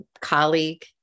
colleague